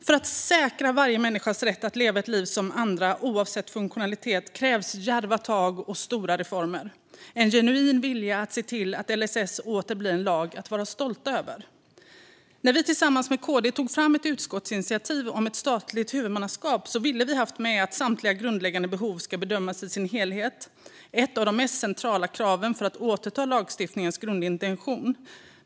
För att säkra varje människas rätt att leva ett liv som andra oavsett funktionalitet krävs djärva tag, stora reformer och en genuin vilja att se till att LSS åter blir en lag att vara stolt över. När vi tillsammans med KD tog fram ett förslag till utskottsinitiativ om ett statligt huvudmannaskap ville vi ha med att samtliga grundläggande behov ska bedömas i sin helhet. Det är ett av de mest centrala kraven för att återta lagstiftningens grundintention.